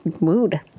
mood